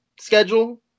schedule